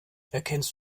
erkennst